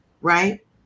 right